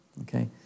Okay